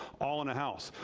all in a house.